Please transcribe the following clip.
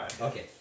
Okay